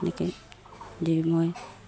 তেনেকৈ দি মই